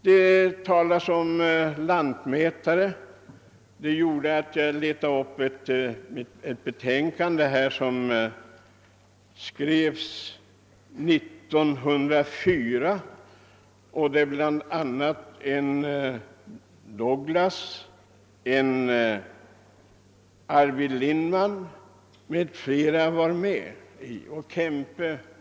Det talas om lantmätare. Detta gjorde att jag letade upp ett betänkande, som skrevs 1904 och undertecknades av bland annat en Douglas, en Arvid Lindman, en Kempe med flera.